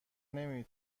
نمی